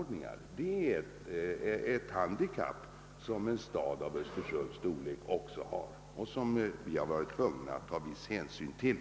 Detta är ett handikapp som en stad av Östersunds storlek också har och som vi varit tvungna att ta viss hänsyn till.